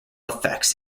effects